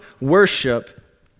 worship